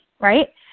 right